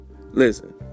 listen